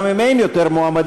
גם אם אין יותר מועמדים,